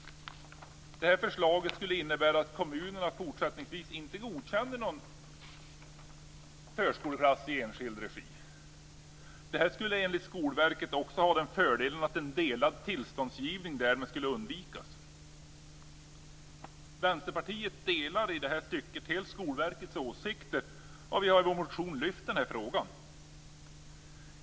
Detta förslag skulle innebära att kommunerna fortsättningsvis inte godkänner någon förskoleklass i enskild regi. Det skulle enligt Skolverket också ha den fördelen att en delad tillståndsgivning därmed skulle undvikas. Vänsterpartiet delar i detta avseende helt Skolverkets åsikter, och vi har i vår motion lyft fram denna fråga.